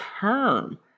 term